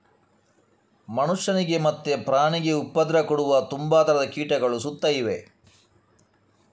ಮನುಷ್ಯನಿಗೆ ಮತ್ತೆ ಪ್ರಾಣಿಗೆ ಉಪದ್ರ ಕೊಡುವ ತುಂಬಾ ತರದ ಕೀಟಗಳು ಸುತ್ತ ಇವೆ